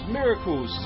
miracles